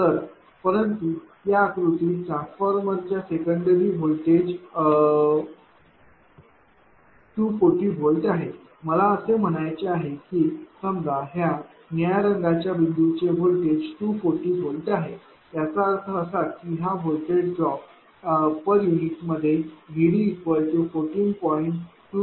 तर परंतु या आकृतीत ट्रांसफार्मर च्या सेकंडरी चे व्होल्टेज 240 V आहे मला असे म्हणायचे आहे की समजा ह्या निळ्या रंगाच्या बिंदू चे व्होल्टेज 240 V आहे याचा अर्थ असा की हा व्होल्टेज ड्रॉप पर युनिटमध्ये VD14